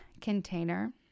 container